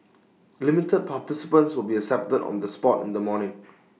limited participants will be accepted on the spot in the morning